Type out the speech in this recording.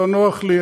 לא נוח לי,